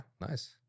nice